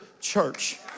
church